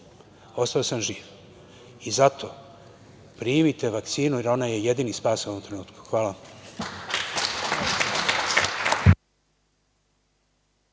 ostao sam živ i zato primite vakcinu, jer ona je jedini spas u ovom trenutku. Hvala